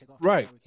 right